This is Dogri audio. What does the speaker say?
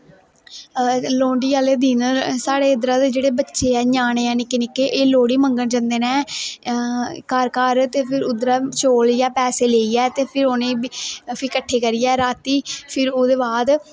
लोह्ड़ी आह्ले दिन साढ़े इद्धरे दे बच्चे ऐ ञ्यानें ऐं निक्के निक्के एह् लोह्ड़ी मंगन जंदे नै घर घर ते फिर उद्धरा चौल जां पैसे लेइयै उनें फ्ही कट्ठे करियै राती फिर ओह्दे बाद